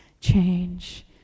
Change